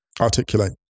articulate